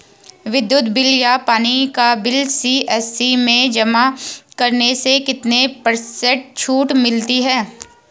विद्युत बिल या पानी का बिल सी.एस.सी में जमा करने से कितने पर्सेंट छूट मिलती है?